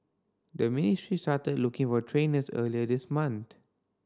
the ministry started looking for trainers earlier this month